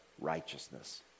righteousness